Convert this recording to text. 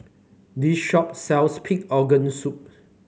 this shop sells Pig Organ Soup